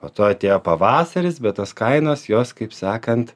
po to atėjo pavasaris bet tos kainos jos kaip sakant